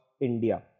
India